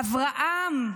אברהם,